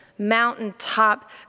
Mountaintop